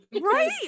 Right